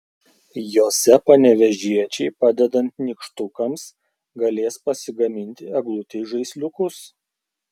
jose panevėžiečiai padedant nykštukams galės pasigaminti eglutei žaisliukus